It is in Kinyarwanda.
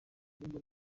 n’ubwo